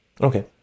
Okay